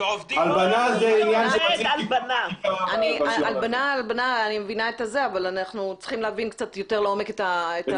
אני מבינה את הבקשה להלבנה אבל אנחנו צריכים להבין קצת יותר לעומק.